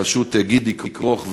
בראשות גידי כרוך,